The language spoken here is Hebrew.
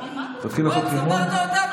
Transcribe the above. תתחיל לעשות אימון,